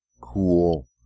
cool